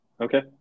Okay